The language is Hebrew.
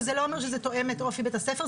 וזה לא אומר שזה תואם את אופי בית הספר,